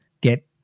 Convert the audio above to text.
get